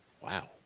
wow